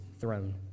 throne